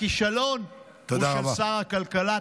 הכישלון הוא של שר הכלכלה.